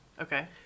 Okay